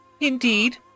Indeed